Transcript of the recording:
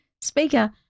speaker